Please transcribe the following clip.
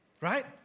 right